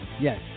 Yes